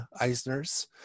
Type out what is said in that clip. eisner's